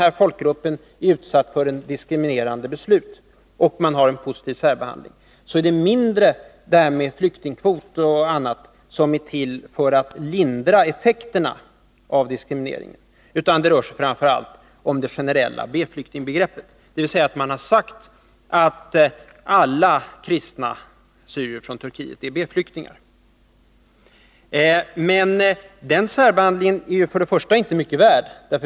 Jag fattar det nu så, att Karin Andersson med positiv särbehandling menar att flyktingkvoter och annat är till för att lindra effekten av diskrimineringen och mer avser framför allt det generella B-flyktingbegreppet, dvs. att man sagt att alla kristna assyrier/syrianer från Turkiet är B-flyktingar. Men den särbehandlingen är först och främst inte mycket värd.